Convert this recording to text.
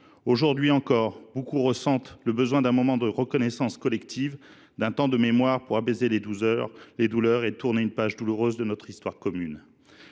Aujourd’hui encore, beaucoup ressentent le besoin d’un moment de reconnaissance collective, d’un temps de mémoire pour apaiser les douleurs et tourner une page douloureuse de notre histoire commune.